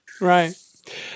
Right